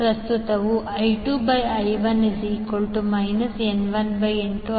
ಪ್ರಸ್ತುತವು I2I1 N1N2